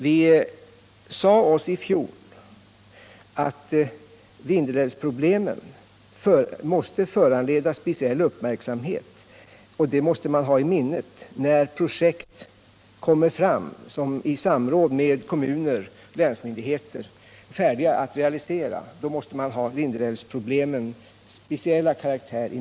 Vi sade oss i fjol att Vindelälvsproblemen måste föranleda speciell uppmärksamhet. Detta måste man ha i minnet när projekt kommer fram efter samråd med kommuner och länsmyndigheter och är färdiga att realiseras.